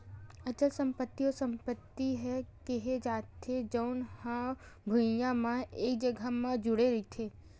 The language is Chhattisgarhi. अचल संपत्ति ओ संपत्ति ल केहे जाथे जउन हा भुइँया म एक जघा म जुड़े रहिथे